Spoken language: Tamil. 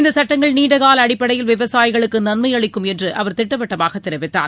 இந்த சட்டங்கள் நீண்டகால அடிப்படையில் விவசாயிகளுக்கு நன்மை அளிக்கும் என்று அவர் திட்டவட்டமாக தெரிவித்தார்